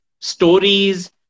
stories